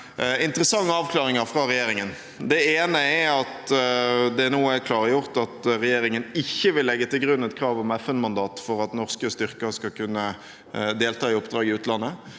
interessante avklaringer fra regjeringen. Den ene er at det nå er klargjort at regjeringen ikke vil legge til grunn et krav om FN-mandat for at norske styrker skal kunne delta i oppdrag i utlandet.